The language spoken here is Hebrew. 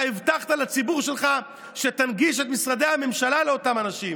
אתה הבטחת לציבור שלך שתנגיש את משרדי הממשלה לאותם לאנשים.